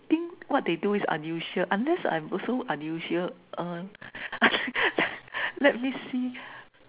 think what they do is unusual unless I'm also unusual uh let me see